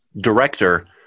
director